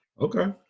Okay